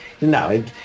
No